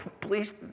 please